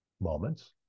moments